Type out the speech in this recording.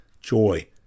joy